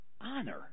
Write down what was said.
honor